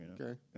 Okay